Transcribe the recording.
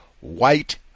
white